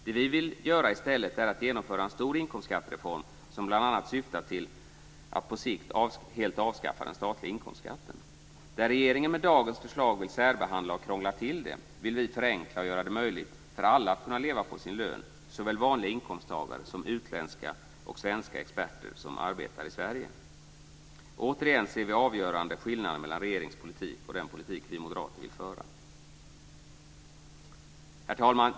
Det vi vill göra i stället är att genomföra en stor inkomstskattereform som bl.a. syftar till att på sikt helt avskaffa den statliga inkomstskatten. Där regeringen med dagens förslag vill särbehandla och krångla till det, vill vi förenkla och göra det möjligt för alla att leva på sin lön, såväl vanliga inkomsttagare som utländska och svenska experter som arbetar i Sverige. Återigen ser vi avgörande skillnader mellan regeringens politik och den politik vi moderater vill föra. Herr talman!